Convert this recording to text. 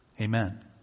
Amen